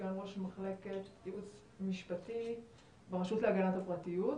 סגן ראש מחלקת ייעוץ משפטי ברשות להגנת הפרטיות.